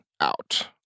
out